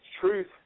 truth